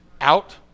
out